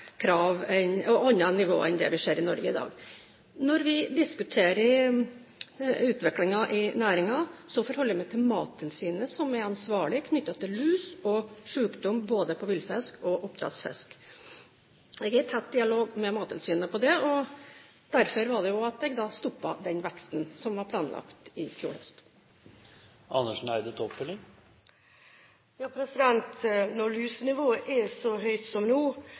enn det vi ser i Norge i dag. Når vi diskuterer utviklingen i næringen, forholder jeg meg til Mattilsynet, som har ansvaret for lus og sykdom både på villfisk og på oppdrettsfisk. Jeg er i tett dialog med Mattilsynet om det. Derfor stoppet jeg også den veksten som var planlagt i fjor høst. Når lusenivået er så høyt som nå,